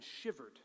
shivered